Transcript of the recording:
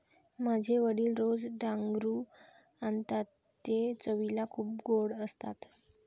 माझे वडील रोज डांगरू आणतात ते चवीला खूप गोड असतात